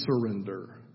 surrender